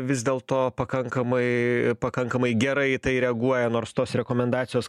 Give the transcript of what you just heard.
vis dėlto pakankamai pakankamai gerai į tai reaguoja nors tos rekomendacijos